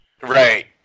Right